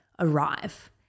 Arrive